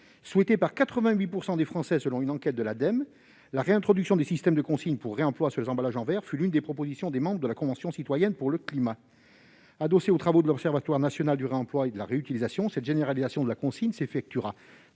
Souhaitée par 88 % des Français selon une enquête de l'Ademe, la réintroduction du système de consigne pour réemploi sur les emballages en verre fut l'une des propositions des membres de la Convention citoyenne pour le climat. Adossée aux travaux de l'observatoire national du réemploi et de la réutilisation, cette généralisation de la consigne s'effectuera